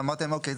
ואמרתם: אוקיי,